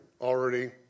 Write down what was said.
already